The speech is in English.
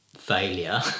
failure